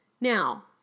Now